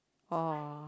oh